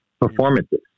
performances